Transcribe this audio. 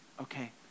Okay